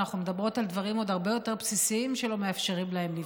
אנחנו מדברות על דברים עוד הרבה יותר בסיסיים שלא מאפשרים להן לבחור,